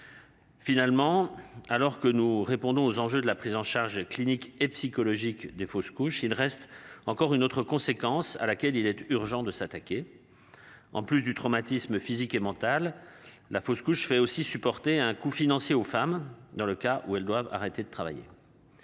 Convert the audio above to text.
Finalement, alors que nous répondons aux enjeux de la prise en charge clinique et psychologique des fausses couches, il reste encore une autre conséquence à laquelle il était urgent de s'attaquer. En plus du traumatisme physique et mentale. La fausse couche fait aussi supporter un coût financier aux femmes dans le cas où elles doivent arrêter de travailler.